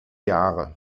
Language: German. jahre